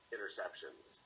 interceptions